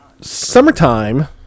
Summertime